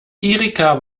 erika